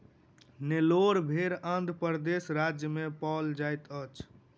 नेल्लोर भेड़ आंध्र प्रदेश राज्य में पाओल जाइत अछि